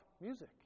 music